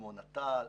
כמו נט"ל,